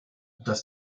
das